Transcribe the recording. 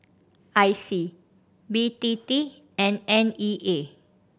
I C B T T and N E A